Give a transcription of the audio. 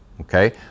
okay